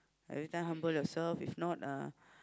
everytime humble yourself if not uh